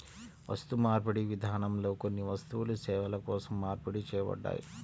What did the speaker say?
వస్తుమార్పిడి విధానంలో కొన్ని వస్తువులు సేవల కోసం మార్పిడి చేయబడ్డాయి